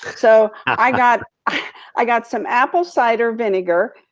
so i got i got some apple cider vinegar,